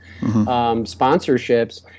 sponsorships